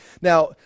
Now